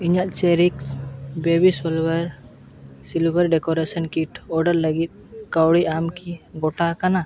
ᱤᱧᱟᱹᱜ ᱪᱮᱨᱤᱠᱥ ᱵᱮᱵᱤ ᱥᱞᱳᱣᱟᱨ ᱥᱞᱤᱵᱷᱟᱨ ᱰᱮᱠᱳᱨᱮᱥᱮᱱ ᱠᱤᱴ ᱚᱰᱟᱨ ᱞᱟᱹᱜᱤᱫ ᱠᱟᱹᱣᱰᱤ ᱮᱢ ᱠᱤ ᱜᱚᱴᱟ ᱟᱠᱟᱱᱟ